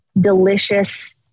delicious